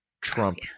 Trump